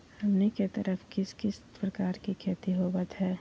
हमनी के तरफ किस किस प्रकार के खेती होवत है?